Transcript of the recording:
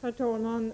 Herr talman!